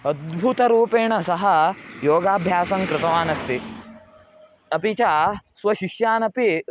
अद्भुतरूपेण सः योगाभ्यासं कृतवान् अस्ति अपि च स्वशिष्यानपि